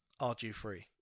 RG3